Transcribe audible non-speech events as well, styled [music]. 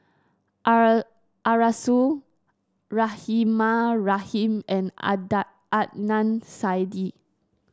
[unintelligible] Arasu Rahimah Rahim and [unintelligible] Adnan Saidi